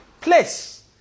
place